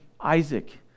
Isaac